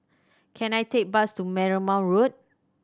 can I take bus to Marymount Road